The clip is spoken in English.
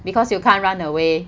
because you can't run away